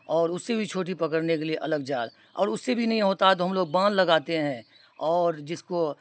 اور اس سے بھی چھوٹی پکڑنے کے لیے الگ جال اور اس سے بھی نہیں ہوتا تو ہم لوگ باندھ لگاتے ہیں اور جس کو